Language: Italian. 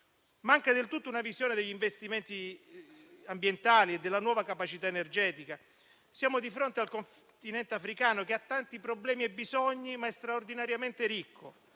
Manca del tutto una visione degli investimenti ambientali e della nuova capacità energetica. Siamo di fronte al Continente africano che ha tanti problemi e bisogni, ma è straordinariamente ricco